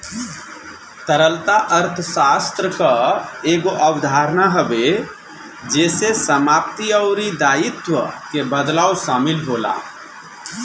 तरलता अर्थशास्त्र कअ एगो अवधारणा हवे जेसे समाप्ति अउरी दायित्व के बदलाव शामिल होला